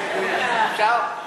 אפשר?